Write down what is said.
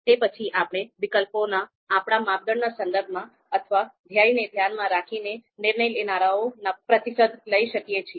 તે પછી આપણે વિકલ્પોના આપણા માપદંડના સંદર્ભમાં અથવા ધ્યેય ને ધ્યાનમાં રાખીને નિર્ણય લેનારાઓના પ્રતિસાદ લઈ શકીએ છીએ